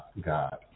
God